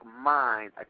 mind